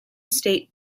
state